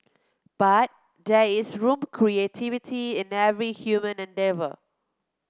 but there is room creativity in every human endeavour